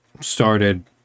started